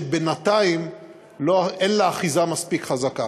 שבינתיים אין לה אחיזה מספיק חזקה.